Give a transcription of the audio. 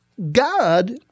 God